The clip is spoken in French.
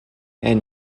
est